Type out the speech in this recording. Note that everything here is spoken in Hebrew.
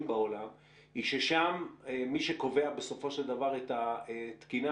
בעולם היא ששם מי שקובע בסופו של דבר את התקינה,